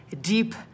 deep